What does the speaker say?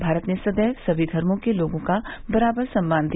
भारत ने सदैव सभी धर्मो के लोगों को बराबर सम्मान दिया